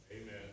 Amen